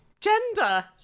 gender